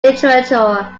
literature